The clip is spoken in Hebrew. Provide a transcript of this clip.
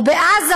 או בעזה,